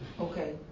Okay